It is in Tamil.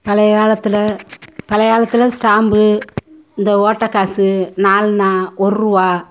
பழைய காலத்தில் பழைய காலத்தில் ஸ்டாம்பு இந்த ஓட்டை காசு நாலன்னா ஒர்ரூவா